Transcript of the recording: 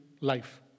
life